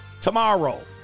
tomorrow